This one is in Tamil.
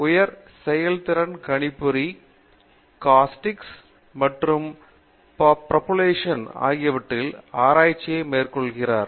உயர் செயல்திறன் கணிப்பொறி காஸ்டிக்ஸ் மற்றும் உந்துவிசை ஆகியவற்றில் ஆராய்ச்சியை மேற்கொள்கிறார்